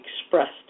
expressed